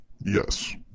Yes